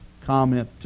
comment